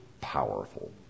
powerful